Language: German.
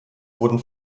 wurden